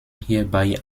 hierbei